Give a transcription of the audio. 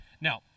Now